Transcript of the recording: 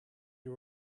you